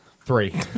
Three